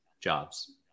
jobs